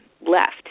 left